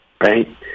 right